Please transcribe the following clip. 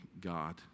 God